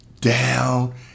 down